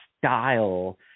style